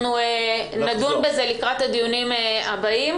שנדון בזה לקראת הדיונים הבאים.